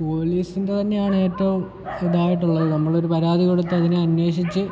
പോലീസിൻ്റെ തന്നെയാണ് ഏറ്റവും ഇതായിട്ടുള്ളത് നമ്മളൊരു പരാതി കൊടുത്താൽ അതിനെ അന്വേഷിച്ച്